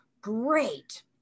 great